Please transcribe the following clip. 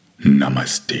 namaste